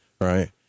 right